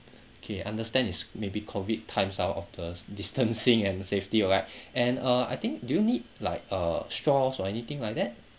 okay understand it's maybe COVID times all of the distancing and safety all that and uh I think do you need like uh straws or anything like that